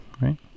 right